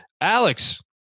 Alex